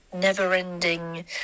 never-ending